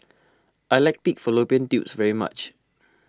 I like Pig Fallopian Tubes very much